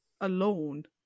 alone